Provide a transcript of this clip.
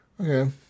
Okay